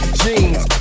jeans